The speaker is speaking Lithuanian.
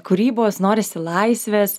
kūrybos norisi laisvės